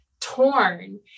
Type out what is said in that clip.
torn